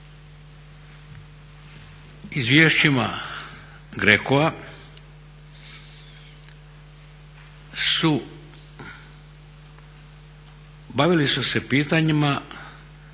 izvješćima GRECO-a su bavili su se pitanjima